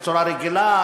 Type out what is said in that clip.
בצורה רגילה,